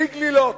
פי-גלילות.